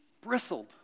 bristled